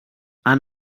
han